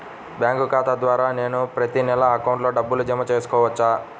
Bank ఖాతా ద్వారా నేను ప్రతి నెల అకౌంట్లో డబ్బులు జమ చేసుకోవచ్చా?